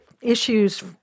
issues